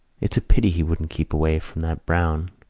it's a pity he wouldn't keep away from that browne,